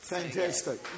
Fantastic